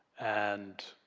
and